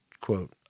quote